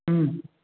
हूँ